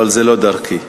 אבל זו לא דרכי.